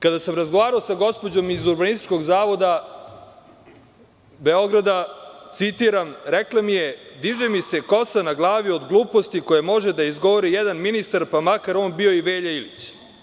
Kada sam razgovarao sa gospođom iz Urbanističkog zavoda Beograda, citiram, rekla mi je – diže mi se kosa na glavi od gluposti koje može da izgovori jedan ministar, pa makar on bio i Velja Ilić.